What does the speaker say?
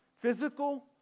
Physical